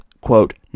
quote